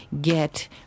get